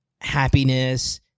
happiness